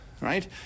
right